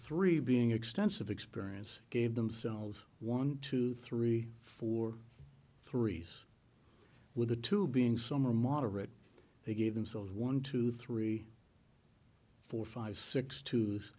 three being extensive experience gave themselves one two three four three s with the two being so moderate they gave themselves one two three four five six t